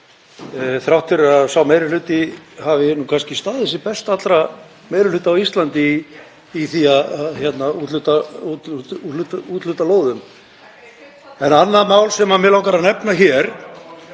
þrátt fyrir að sá meiri hluti hafi kannski staðið sig best allra meiri hluta á Íslandi í því að úthluta lóðum. Það er annað mál sem mig langar að nefna hér.